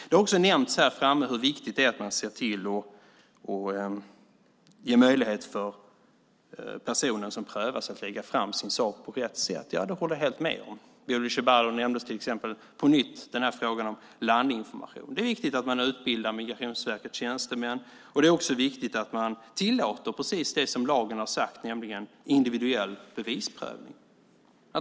Det har också nämnts här framme hur viktigt det är att man ser till att ge möjlighet för personen som prövas att lägga fram sin sak på rätt sätt. Det håller jag helt med om. Bodil Ceballos nämnde till exempel på nytt frågan om landinformation. Det är viktigt att man utbildar Migrationsverkets tjänstemän. Det är också viktigt att man tillåter precis det som lagen säger, nämligen individuell bevisprövning.